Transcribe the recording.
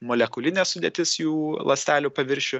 molekulinė sudėtis jų ląstelių paviršių